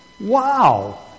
Wow